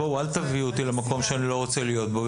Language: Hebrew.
בואו, אל תביאו אותי למקום שאני לא רוצה להיות בו.